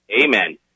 amen